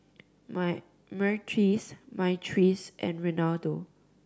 Myrtis Myrtice and Reynaldo